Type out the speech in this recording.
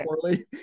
poorly